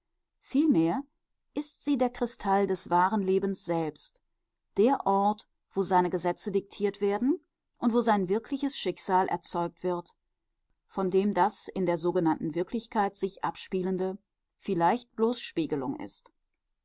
vielmehr ist sie der kristall des wahren lebens selbst der ort wo seine gesetze diktiert werden und wo sein wirkliches schicksal erzeugt wird von dem das in der sogenannten wirklichkeit sich abspielende vielleicht bloß spiegelung ist